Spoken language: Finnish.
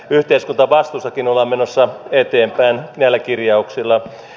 yhteiskuntavastuussakin ollaan menossa eteenpäin näillä kirjauksilla